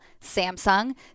Samsung